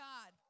God